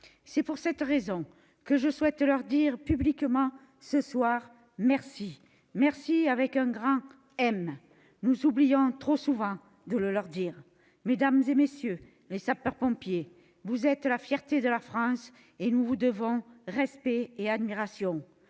C'est pour cette raison que je souhaite leur dire publiquement, ce soir, merci. Merci avec un grand « M »! Nous oublions trop souvent de le leur dire. Mesdames, messieurs les sapeurs-pompiers, vous êtes la fierté de la France et nous vous devons respect et admiration.